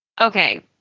Okay